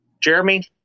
Jeremy